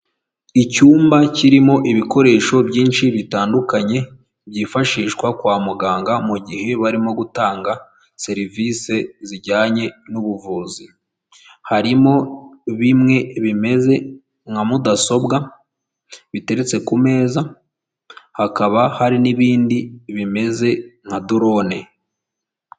Icyumba kirimo ibikoresho byinshi bitandukanye, byifashishwa kwa muganga mu gihe barimo gutanga serivisi zijyanye n'ubuvuzi, harimo bimwe bimeze nka mudasobwa biteretse ku meza, hakaba hari n'ibindi bimeze nka dorone.